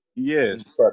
Yes